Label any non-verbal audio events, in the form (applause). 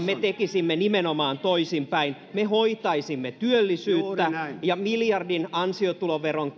(unintelligible) me tekisimme nimenomaan toisinpäin me hoitaisimme työllisyyttä ja miljardin ansiotuloveron (unintelligible)